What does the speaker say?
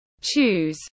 Choose